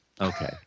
Okay